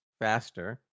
faster